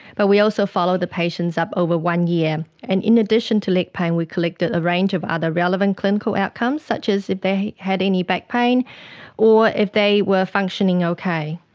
but we also followed the patients up over one year. and in addition to leg pain we collected a range of other relevant clinical outcomes such as if they had any back pain or if they were functioning okay.